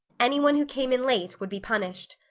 anyone who came in late would be punished.